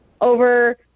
over